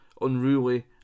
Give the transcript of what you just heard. unruly